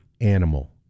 animal